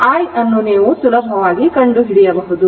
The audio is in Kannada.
ಆದ್ದರಿಂದ i ಅನ್ನು ನೀವು ಸುಲಭವಾಗಿ ಕಂಡುಹಿಡಿಯಬಹುದು